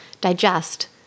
digest